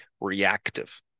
reactive